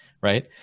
right